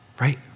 right